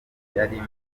yarimo